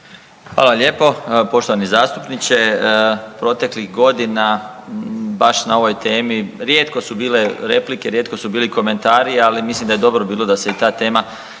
Hvala lijepo. Evo poštovani zastupniče, proteklih godina, baš na ovoj temi, rijetko su bile replike, rijetko su bili komentari, ali mislim da je dobro bilo da se i ta tema